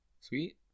Sweet